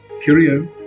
curio